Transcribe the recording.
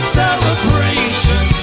celebration